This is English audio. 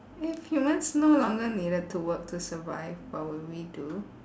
if humans no longer needed to work to survive what would we do